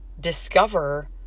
discover